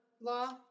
law